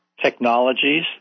technologies